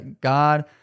God